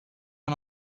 are